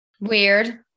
weird